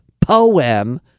poem